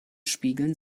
spiegeln